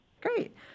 Great